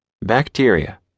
Bacteria